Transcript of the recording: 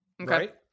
Right